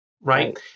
Right